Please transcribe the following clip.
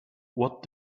what